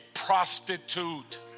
prostitute